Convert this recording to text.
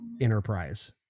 enterprise